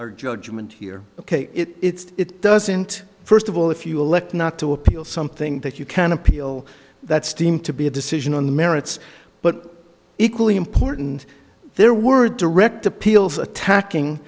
are judgement here ok it doesn't first of all if you elect not to appeal something that you can appeal that seem to be a decision on the merits but equally important there were direct appeals attacking